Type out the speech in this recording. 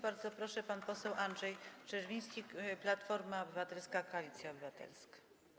Bardzo proszę, pan poseł Andrzej Czerwiński, Platforma Obywatelska - Koalicja Obywatelska.